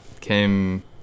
came